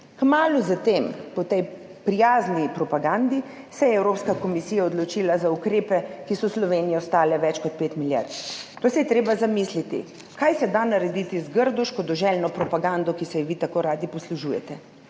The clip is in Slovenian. kmalu za tem. Po tej prijazni propagandi se je Evropska komisija odločila za ukrepe, ki so v Slovenijo stali več kot pet milijard. To se je treba zamisliti, kaj se da narediti z grdo, škodoželjno propagando, ki se je vi tako radi poslužujete.